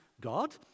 God